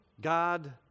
God